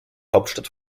hauptstadt